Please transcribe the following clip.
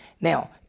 Now